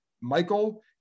Michael